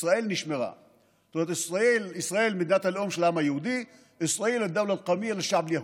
ונשאר נציג יחיד של דוברי ערבית כשפת אם אחרי שכולם ברחו.